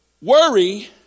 Worry